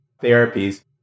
therapies